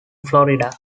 florida